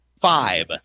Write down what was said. five